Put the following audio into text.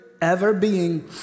ever-being